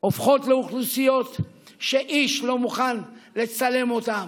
הופכות לאוכלוסיות שאיש לא מוכן לצלם אותן,